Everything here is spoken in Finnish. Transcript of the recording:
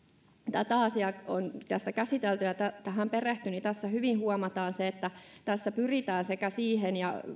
tätä asiaa on tässä käsitelty ja tähän perehtyy niin tässä hyvin huomataan se että tässä pyritään sekä siihen